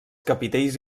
capitells